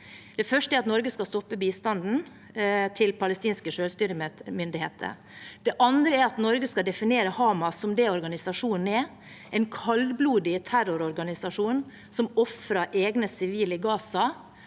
Det første er at Norge skal stoppe bistanden til palestinske selvstyremyndigheter. Det andre er at Norge skal definere Hamas som det organisasjonen er: en kaldblodig terrororganisasjon som ofrer egne sivile i